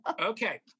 okay